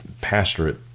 pastorate